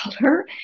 color